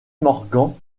morgan